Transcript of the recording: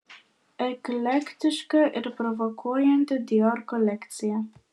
eklektiška ir provokuojanti dior kolekcija